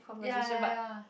ya ya ya